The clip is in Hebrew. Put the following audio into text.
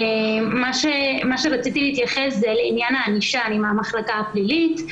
מה שרציתי להתייחס זה לעניין הענישה אני מהמחלקה הפלילית.